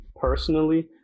personally